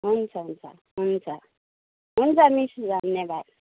हुन्छ हुन्छ हुन्छ हुन्छ मिस धन्यवाद